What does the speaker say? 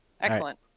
excellent